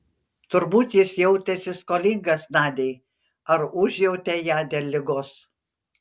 turbūt jis jautėsi skolingas nadiai ar užjautė ją dėl ligos